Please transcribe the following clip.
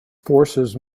forces